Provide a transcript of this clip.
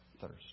thirst